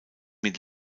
mit